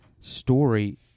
story